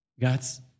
God's